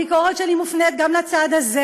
הביקורת שלי מופנית גם לצד הזה.